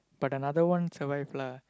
but another one survived lah